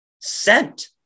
sent